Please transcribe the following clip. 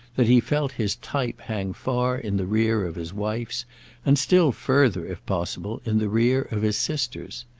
that he felt his type hang far in the rear of his wife's and still further, if possible, in the rear of his sister's.